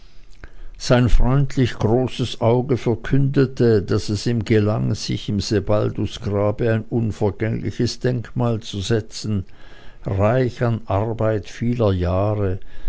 sein freundlich großes auge verkündete daß es ihm gelang sich im sebaldusgrabe ein unvergängliches denkmal zu setzen reich an arbeit vieler jahre